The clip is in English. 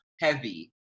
heavy